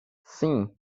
sim